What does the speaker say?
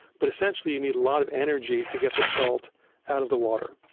but essentially you need a lot of energy to get the salt out of the water,